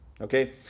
Okay